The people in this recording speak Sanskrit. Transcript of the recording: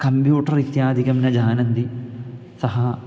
कम्प्यूटर् इत्यादिकं न जानाति सः